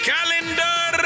Calendar